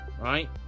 Right